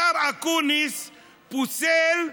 השר אקוניס פוסל,